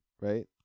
right